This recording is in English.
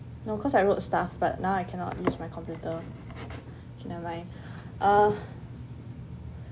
no cause I wrote stuff but now I cannot use my computer okay never mind uh